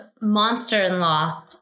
monster-in-law